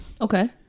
Okay